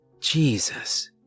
Jesus